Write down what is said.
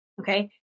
okay